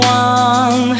one